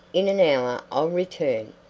in an hour i'll return.